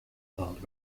called